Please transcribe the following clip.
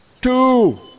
two